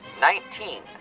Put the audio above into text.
nineteen